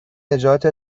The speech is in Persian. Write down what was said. نجات